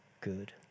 good